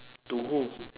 to who